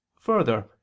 further